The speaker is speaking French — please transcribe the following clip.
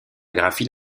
graphie